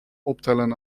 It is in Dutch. optellen